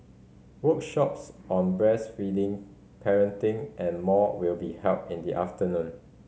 workshops on breastfeeding parenting and more will be held in the afternoon